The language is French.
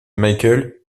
michael